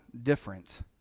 different